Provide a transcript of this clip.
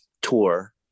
tour